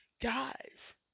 Guys